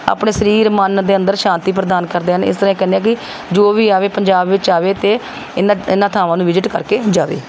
ਆਪਣੇ ਸਰੀਰ ਮਨ ਦੇ ਅੰਦਰ ਸ਼ਾਂਤੀ ਪ੍ਰਦਾਨ ਕਰਦੇ ਹਨ ਇਸ ਤਰ੍ਹਾਂ ਅਸੀਂ ਕਹਿੰਦੇ ਹਾਂ ਕਿ ਜੋ ਵੀ ਆਵੇ ਪੰਜਾਬ ਵਿੱਚ ਆਵੇ ਅਤੇ ਇਹਨਾਂ ਇਹਨਾਂ ਥਾਵਾਂ ਨੂੰ ਵਿਜਿਟ ਕਰਕੇ ਜਾਵੇ